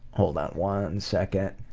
hold on one second,